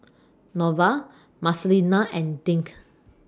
Norval Marcelina and Dink